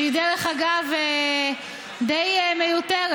שהיא דרך אגב די מיותרת,